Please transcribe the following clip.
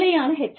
நிலையான HRM